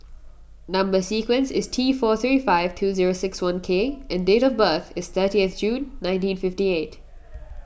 Number Sequence is T four three five two zero six one K and date of birth is thirtieth June nineteen fifty eight